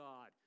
God